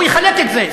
הוא יחלק את זה,